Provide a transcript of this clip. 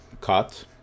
cut